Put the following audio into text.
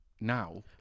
now